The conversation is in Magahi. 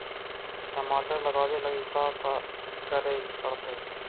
टमाटर लगावे लगी का का करये पड़तै?